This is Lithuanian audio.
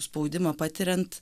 spaudimo patiriant